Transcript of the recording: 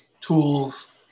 tools